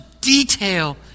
detail